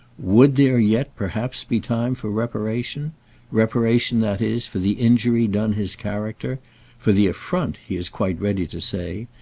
would there yet perhaps be time for reparation reparation, that is, for the injury done his character for the affront, he is quite ready to say,